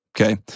okay